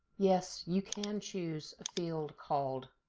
yes you can choose a field called